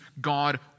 God